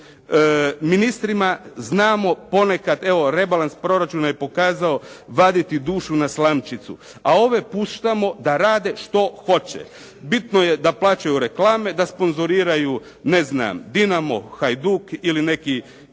Ministrima znamo ponekad, evo rebalans proračuna je pokazao vaditi dušu na slamčicu a ove puštamo da rade što hoće. Bitno je da plaćaju reklame, da sponzoriraju ne znamo Dinamo, Hajduk ili neki